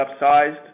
upsized